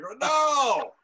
No